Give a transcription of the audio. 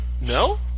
No